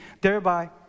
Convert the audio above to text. thereby